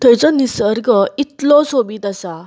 थंयचो निसर्ग इतलो सोबीत आसा